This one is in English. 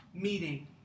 meeting